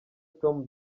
tom